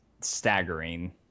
staggering